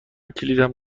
کلیدم